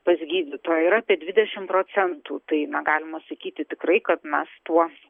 pas gydytoją yra apie dvidešim procentų tai na galima sakyti tikrai kad mes tuo